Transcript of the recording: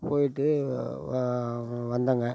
போய்விட்டு வ வந்தேங்க